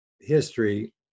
history